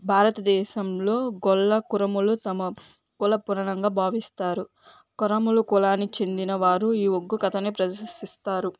భారతదేశంలో గొల్ల కురంలో తమ కుల పురాణంగా భావిస్తారు కరముల కులానికి చెందిన వారు ఈ ఒగ్గు కథని ప్రదర్శిస్తారు